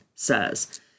Says